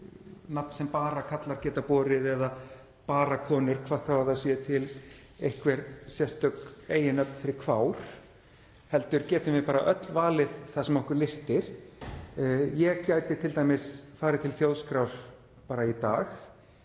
nafn sem bara karlar geta borið eða bara konur, hvað þá að það séu til einhver sérstök eiginnöfn fyrir kvár heldur getum við bara öll valið það sem okkur lystir. Ég gæti t.d. farið til Þjóðskrár í dag